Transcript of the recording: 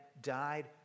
died